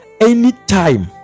anytime